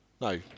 No